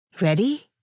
Ready